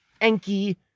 enki